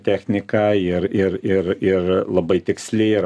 technika ir ir ir ir labai tiksli ir